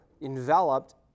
enveloped